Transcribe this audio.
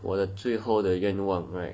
我的最后的愿望 right